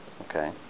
okay